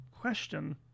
question